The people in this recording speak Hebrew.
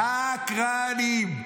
שקרנים.